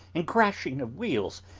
and crashing of wheels,